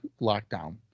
lockdown